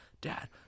dad